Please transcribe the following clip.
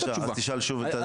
בבקשה, תשאל שוב, תחדד את השאלה.